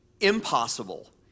impossible